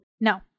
No